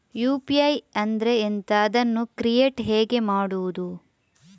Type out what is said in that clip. UPI ಅಂದ್ರೆ ಎಂಥ? ಅದನ್ನು ಕ್ರಿಯೇಟ್ ಹೇಗೆ ಮಾಡುವುದು?